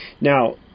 Now